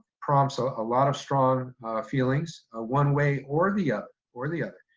prompts a lot of strong feelings ah one way or the ah or the other.